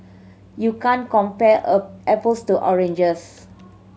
you can't compare a apples to oranges